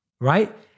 Right